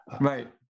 Right